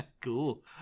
Cool